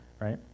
right